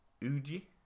Uji